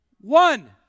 One